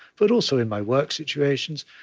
but also in my work situations,